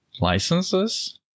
licenses